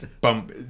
bump